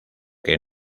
que